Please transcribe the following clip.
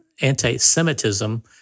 anti-Semitism